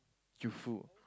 youthful